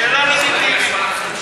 שאלה לגיטימית.